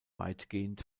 weitgehend